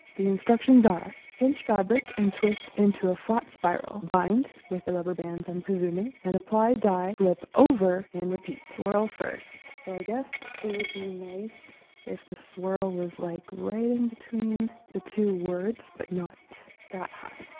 the instructions are, pinch fabric and twist into a flat spiral. bind with the rubber bands i'm presuming and apply dye, flip over, and repeat. swirl first. so i guess it would be nice if the swirl was like right in between the two words, but not that high.